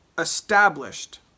established